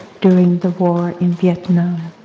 during the war in vietnam.